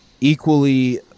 equally